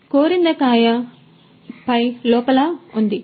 కాబట్టి కోరిందకాయ పై ఈ లోపల ఉంది